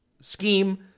scheme